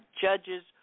judges